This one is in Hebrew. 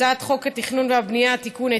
הצעת חוק התכנון והבנייה (תיקון,